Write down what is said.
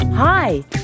Hi